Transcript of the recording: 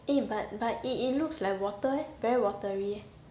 eh but it it looks like water eh very watery eh